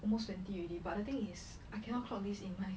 almost twenty already but the thing is I cannot clock this in my